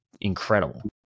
incredible